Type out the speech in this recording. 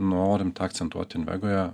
norim tą akcentuot invegoje